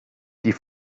die